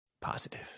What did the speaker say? positive